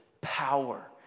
power